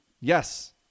Yes